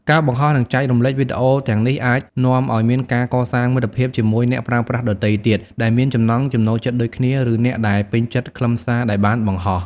ការបង្ហោះ និងចែករំលែកវីដេអូទាំងនេះអាចនាំឱ្យមានការកសាងមិត្តភាពជាមួយអ្នកប្រើប្រាស់ដទៃទៀតដែលមានចំណង់ចំណូលចិត្តដូចគ្នា ឬអ្នកដែលពេញចិត្តខ្លឹមសារដែលបានបង្ហោះ។